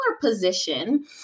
position